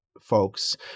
folks